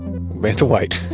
vantawhite.